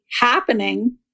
happening